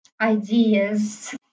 ideas